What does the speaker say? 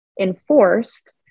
enforced